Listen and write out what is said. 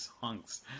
songs